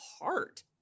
heart